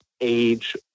age